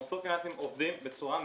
מוסדות פיננסיים עובדים בצורה ממוכנת.